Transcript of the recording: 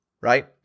right